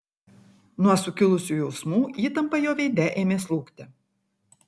nuo sukilusių jausmų įtampa jo veide ėmė slūgti